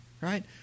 Right